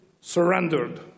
surrendered